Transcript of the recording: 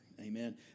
Amen